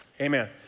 amen